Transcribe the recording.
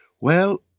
Well